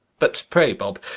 but pray, bob,